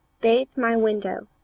bathe my window,